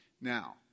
Now